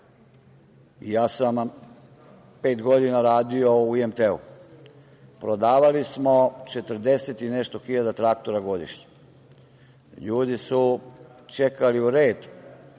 sam pet godina u IMT-u, prodavali smo 40 i nešto hiljada traktora godišnje. Ljudi su čekali u red,